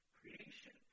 creation